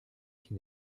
qui